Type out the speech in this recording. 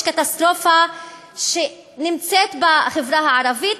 יש קטסטרופה בחברה הערבית,